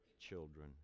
children